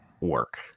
work